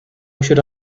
should